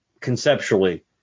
conceptually